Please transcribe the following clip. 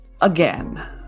again